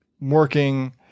working